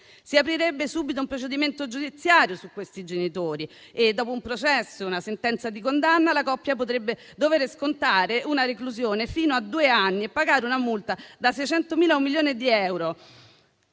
Si aprirebbe subito un procedimento giudiziario su quei genitori e, dopo un processo e una sentenza di condanna, la coppia potrebbe dovere scontare una reclusione fino a due anni e pagare una multa da 600.000 euro a 1 milione di euro,